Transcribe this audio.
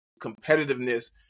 competitiveness